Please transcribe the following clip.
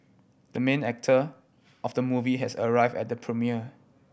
the main actor of the movie has arrived at the premiere